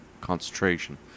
Concentration